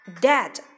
Dad